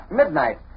midnight